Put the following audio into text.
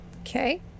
okay